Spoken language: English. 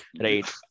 right